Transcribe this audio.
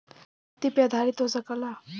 संपत्ति पे आधारित हो सकला